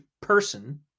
person